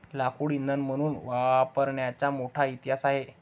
लाकूड इंधन म्हणून वापरण्याचा मोठा इतिहास आहे